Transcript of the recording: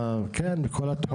כן, בכל התחומים.